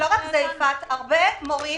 הרבה מורים